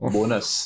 Bonus